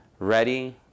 Ready